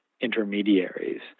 Intermediaries